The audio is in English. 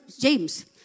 James